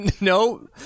No